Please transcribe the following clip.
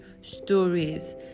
stories